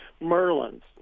merlins